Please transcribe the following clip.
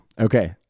Okay